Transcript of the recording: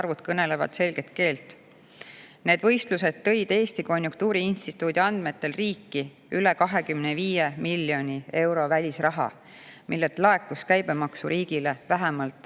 arvud kõnelevad selget keelt. Need võistlused tõid Eesti Konjunktuuriinstituudi andmetel riiki üle 25 miljoni euro välisraha, millelt laekus käibemaksu riigile vähemalt